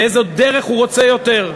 באיזו דרך הוא רוצה יותר?